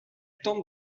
tente